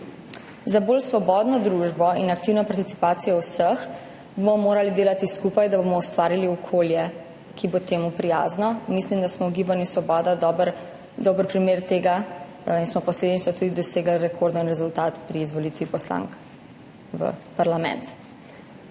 Za bolj svobodno družbo in aktivno participacijo vseh bomo morali delati skupaj, da bomo ustvarili okolje, ki bo temu prijazno. Mislim, da smo v Gibanju Svoboda dober primer tega in smo posledično tudi dosegli rekorden rezultat pri izvolitvi poslank v parlament.